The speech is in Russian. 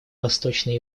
восточной